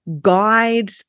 guide